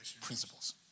Principles